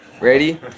Ready